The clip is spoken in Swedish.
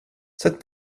sätt